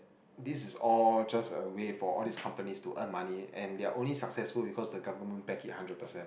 this is all just a way for all these companies to earn money and they are only successful because the government back it hundred percent